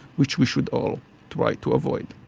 which we should all try to avoid.